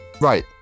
Right